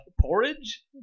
porridge